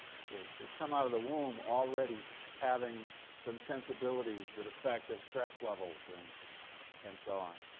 okay, they come out of the womb already having some sensibilities that affect their stress levels and and so on,